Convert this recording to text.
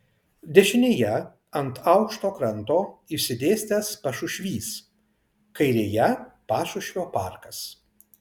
dešinėje ant aukšto kranto išsidėstęs pašušvys kairėje pašušvio parkas